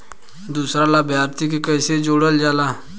दूसरा लाभार्थी के कैसे जोड़ल जाला?